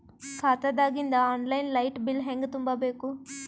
ಖಾತಾದಾಗಿಂದ online light bill ಹೇಂಗ ತುಂಬಾ ಬೇಕು?